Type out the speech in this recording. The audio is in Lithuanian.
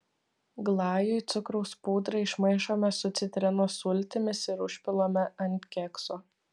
glajui cukraus pudrą išmaišome su citrinos sultimis ir užpilame ant kekso